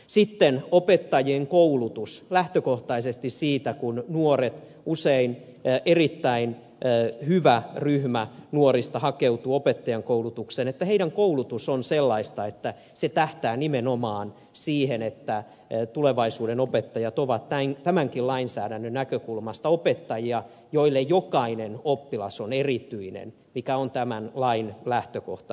sitten lähtökohtaisesti siitä alkaen kun usein erittäin hyvä ryhmä nuoria hakeutuu opettajankoulutukseen opettajien koulutuksen tulee olla sellaista että se tähtää nimenomaan siihen että tulevaisuuden opettajat ovat tämänkin lainsäädännön näkökulmasta opettajia joille jokainen oppilas on erityinen mikä on tämän lain lähtökohta